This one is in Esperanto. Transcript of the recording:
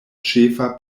ĉefa